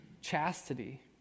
chastity